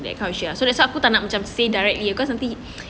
like how he say so that's why aku macam tak nak say directly cause I think